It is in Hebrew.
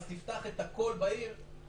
אז תפתח את הכול בעיר.